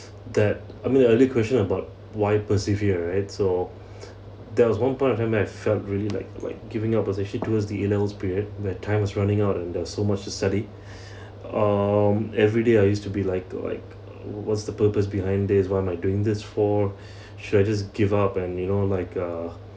that I mean the other question about why persevere and so there was one point of time I felt really like like giving up was actually during the A levels period that time was running out and there's so much to study um everyday I used to be like like what's the purpose behind this why am I doing this for should I just give up and you know like uh